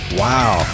wow